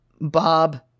Bob